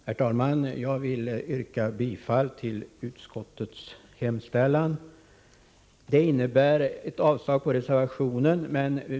Herr talman! Jag vill yrka bifall till utskottets hemställan. Det innebär ett avslag på reservationen.